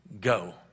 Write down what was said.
go